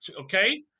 Okay